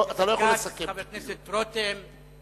חבר הכנסת כץ, חבר הכנסת רותם,